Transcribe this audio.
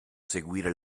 seguire